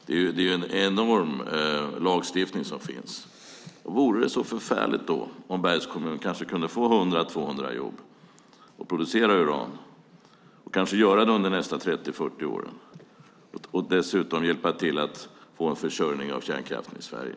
Det är ju en enorm lagstiftning som finns när det gäller detta. Vore det så förfärligt om Bergs kommun kanske kunde få 100-200 jobb av att bryta uran och kanske göra det under de kommande 30-40 åren och dessutom hjälpa till att få en försörjning av kärnkraften i Sverige?